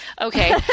Okay